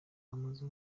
hamaze